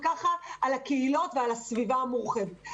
וככה על הקהילות ועל הסביבה המורחבת.